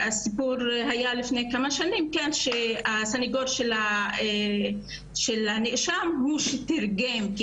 לפני כמה שנים היה סיפור שהסנגור של הנאשם הוא שתרגם,